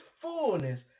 fullness